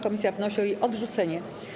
Komisja wnosi o jej odrzucenie.